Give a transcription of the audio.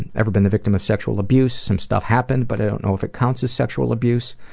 and ever been the victim of sexual abuse? some stuff happened but i don't know if it counts as sexual abuse.